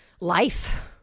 Life